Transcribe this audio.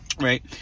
right